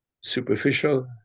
superficial